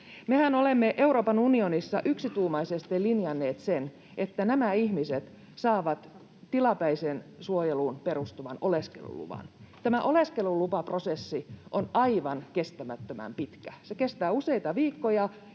Mehän olemme Euroopan unionissa yksituumaisesti linjanneet sen, että nämä ihmiset saavat tilapäiseen suojeluun perustuvan oleskeluluvan. Tämä oleskelulupaprosessi on aivan kestämättömän pitkä. Se kestää useita viikkoja,